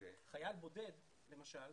חייל בודד למשל,